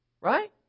Right